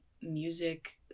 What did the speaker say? music